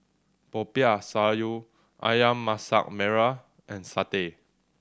Popiah Sayur Ayam Masak Merah and satay